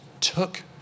took